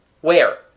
Where